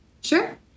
Sure